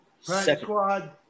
squad